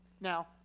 now